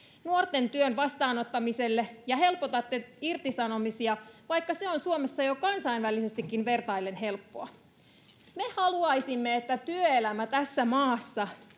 nuorten työn vastaanottamiselle, ja helpotatte irtisanomisia, vaikka se on Suomessa jo kansainvälisestikin vertaillen helppoa. Me haluaisimme, että työelämä tässä maassa